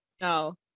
No